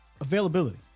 availability